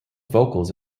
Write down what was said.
vocals